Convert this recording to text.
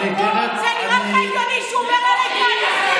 זה נראה לך הגיוני שהוא אומר עליי "כהניסטית"?